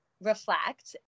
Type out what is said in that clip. reflect